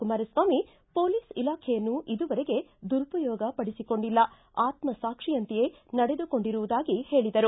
Kumaraswamy police ಇಲಾಖೆಯನ್ನು ಇದುವರೆಗೆ ದುರುಪಯೋಗ ಪಡಿಸಿಕೊಂಡಿಲ್ಲ ಆತ್ಲಸಾಕ್ಷಿಯಂತೆಯೇ ನಡೆದುಕೊಂಡಿರುವುದಾಗಿ ಹೇಳಿದರು